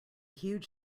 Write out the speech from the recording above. huge